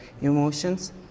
emotions